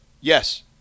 Yes